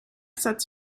sets